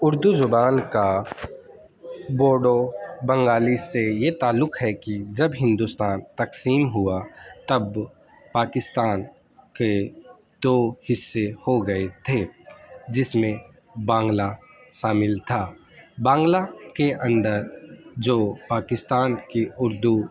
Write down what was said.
اردو زبان کا بوڈو بنگالی سے یہ تعلق ہے کہ جب ہندوستان تقسیم ہوا تب پاکستان کے دو حصے ہو گئے تھے جس میں بانگلہ شامل تھا بانگلہ کے اندر جو پاکستان کی اردو